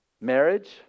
marriage